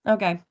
Okay